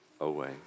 away